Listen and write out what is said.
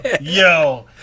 Yo